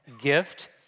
gift